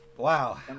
wow